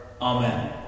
Amen